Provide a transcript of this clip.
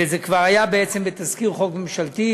וזה כבר היה בעצם בתזכיר חוק ממשלתי,